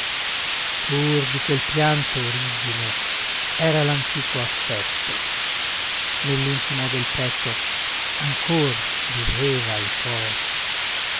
pur di quel pianto origine era l'antico affetto nell'intimo del petto ancor viveva il cor